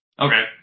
Okay